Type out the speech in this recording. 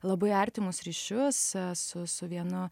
labai artimus ryšius su su vienu